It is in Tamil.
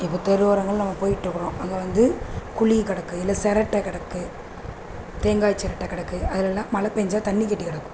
இப்போ தெரு ஓரங்களில் நம்ம போயிட்டுருக்குறோம் அங்கே வந்து குழி கிடக்கு இல்லை சிரட்ட கிடக்கு தேங்காய் சிரட்ட கிடக்கு அதுலெல்லாம் மழை பெஞ்சா தண்ணி கெட்டி கிடக்கும்